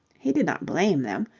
he did not blame them.